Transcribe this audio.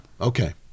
Okay